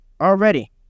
already